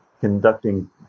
conducting